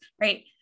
right